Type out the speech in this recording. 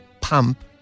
pump